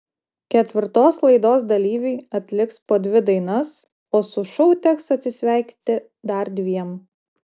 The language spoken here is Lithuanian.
ketvirtos laidos dalyviai atliks po dvi dainas o su šou teks atsisveikinti dar dviem